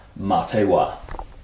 Matewa